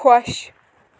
خۄش